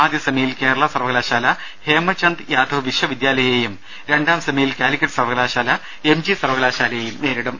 ആദ്യ സെമിയിൽ കേരള സർവകലാശാല ഹേമചന്ദ് യാഥവ് വിശ്വ വിദ്യാലയേയും രണ്ടാം സെമിയിൽ കാലിക്കറ്റ് സർവകലാശാല എം ജി സർവകലാശാലയേയും നേരിടും